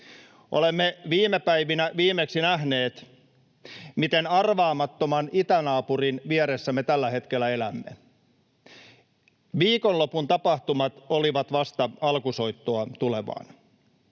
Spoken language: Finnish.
Olemme viime päivinä viimeksi nähneet, miten arvaamattoman itänaapurin vieressä me tällä hetkellä elämme. Viikonlopun tapahtumat olivat vasta alkusoittoa tulevaan.